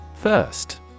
First